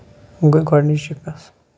گٔے گۄڈٕنِچ شِکَس